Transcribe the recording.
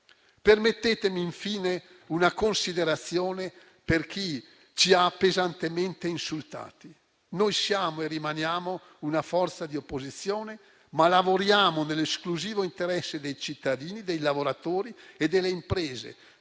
Permettetemi infine una considerazione per chi ci ha pesantemente insultati. Noi siamo e rimaniamo una forza di opposizione, ma lavoriamo nell'esclusivo interesse dei cittadini, dei lavoratori e delle imprese,